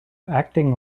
acting